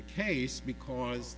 the case because